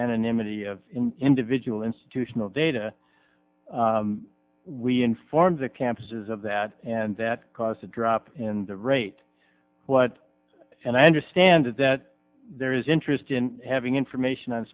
anonymity of individual institutional data we informed the campuses of that and that caused a drop in the rate what and i understand that there is interest in having information on